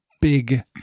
big